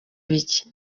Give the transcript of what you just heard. biki